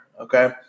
Okay